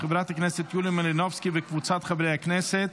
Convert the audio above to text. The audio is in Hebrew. של חברת הכנסת יוליה מלינובסקי וקבוצת חברי הכנסת